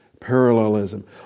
parallelism